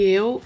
eu